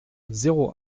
zéro